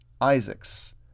Isaac's